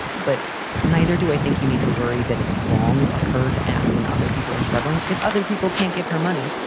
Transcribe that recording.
but neither do i think you need to worry that it's wrong of her to ask when other people are struggling. if other people can't give her money,